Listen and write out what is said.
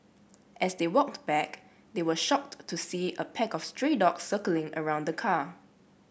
as they walked back they were shocked to see a pack of stray dogs circling around the car